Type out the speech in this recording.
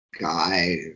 guy